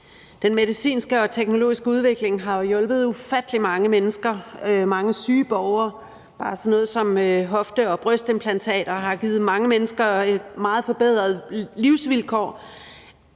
Den medicinske og teknologiske udvikling har hjulpet ufattelig mange mennesker, mange syge borgere. Bare sådan noget som hofte- og brystimplantater har givet mange mennesker et meget forbedret livsvilkår,